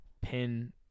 pin –